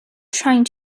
trying